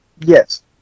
Yes